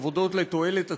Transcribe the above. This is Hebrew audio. עבודות לתועלת הציבור.